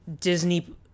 Disney